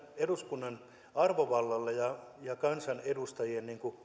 eduskunnan arvovallan ja ja kansanedustajien